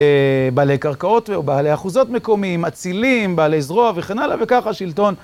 בעלי קרקעות ובעלי אחוזות מקומיים, אצילים, בעלי זרוע וכן הלאה וכך השלטון